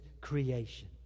creation